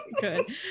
good